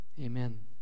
Amen